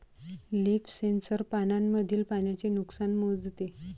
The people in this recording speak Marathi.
लीफ सेन्सर पानांमधील पाण्याचे नुकसान मोजते